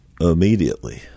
immediately